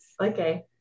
okay